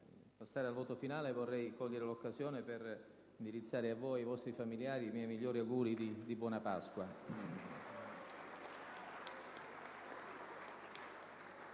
passare al voto finale, vorrei cogliere l'occasione per indirizzare a voi e ai vostri familiari i miei migliori auguri di buona Pasqua.